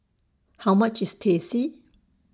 How much IS Teh C